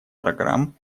программ